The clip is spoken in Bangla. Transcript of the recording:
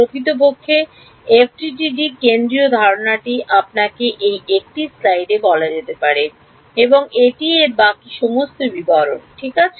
প্রকৃতপক্ষে এফডিটিডিটির কেন্দ্রীয় ধারণাটি আপনাকে এই একটি স্লাইডে বলা যেতে পারে এবং এটিই এর বাকী সমস্ত বিবরণ ঠিক আছে